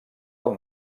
del